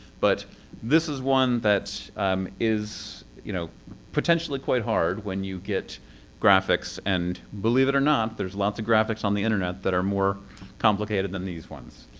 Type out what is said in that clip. but this is one that is you know potentially quite hard when you get graphics, and believe it or not, there's lots of graphics on the internet that are more complicated than these ones.